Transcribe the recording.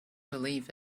believe